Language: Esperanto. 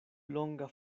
longa